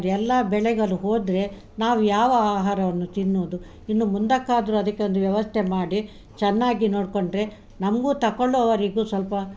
ಎಲ್ಲಾ ಬೆಳೆಗಳು ಹೋದರೆ ನಾವು ಯಾವ ಆಹಾರವನ್ನು ತಿನ್ನುದು ಇನ್ನು ಮುಂದಕ್ಕಾದರು ಅದಕ್ಕೊಂದು ವ್ಯವಸ್ಥೆ ಮಾಡಿ ಚೆನ್ನಾಗಿ ನೋಡ್ಕೊಂಡರೆ ನಮಗೂ ತಕೊಂಡು ಅವರಿಗೂ ಸ್ವಲ್ಪ